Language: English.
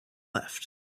left